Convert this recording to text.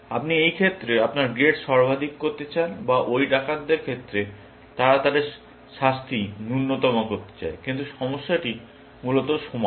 আপনি এই ক্ষেত্রে আপনার গ্রেড সর্বাধিক করতে চান বা ঐ ডাকাতদের ক্ষেত্রে তারা তাদের শাস্তি ন্যূনতম করতে চায় কিন্তু সমস্যাটি মূলত সমান